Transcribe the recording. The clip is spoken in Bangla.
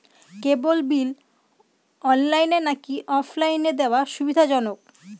কেবল বিল অনলাইনে নাকি অফলাইনে দেওয়া সুবিধাজনক?